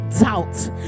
doubt